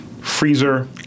Freezer